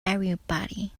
everybody